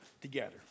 together